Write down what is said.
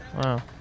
Wow